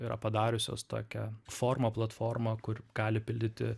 yra padariusios tokią formą platformą kur gali pildyti